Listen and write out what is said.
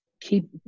keep